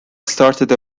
started